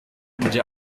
der